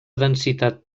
densitat